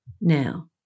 Now